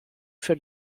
für